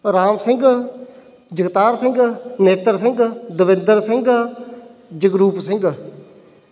Ram Singh Jagtar Singh Netar Singh Davinder Singh Jagroop Singh